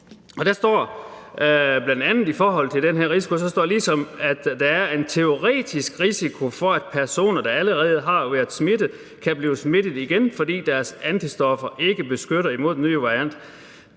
der står bl.a. i forhold til den risiko: »Ligesom at der er en teoretisk risiko for at personer, der allerede har været smittet, kan blive smittet igen, fordi deres antistoffer ikke beskytter imod de nye varianter.